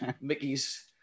Mickey's